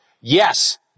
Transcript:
Yes